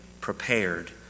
prepared